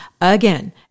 again